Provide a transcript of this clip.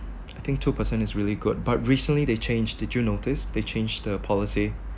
I think two percent is really good but recently they changed did you notice they changed the policy